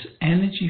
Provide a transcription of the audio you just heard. energy